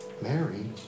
Mary